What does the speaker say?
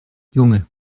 junge